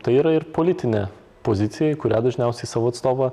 tai yra ir politinė pozicija į kurią dažniausiai savo atstovą